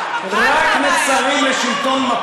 רק מפא"י זאת הבעיה.